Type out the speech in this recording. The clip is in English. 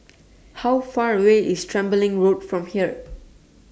How Far away IS Tembeling Road from here